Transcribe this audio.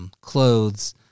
clothes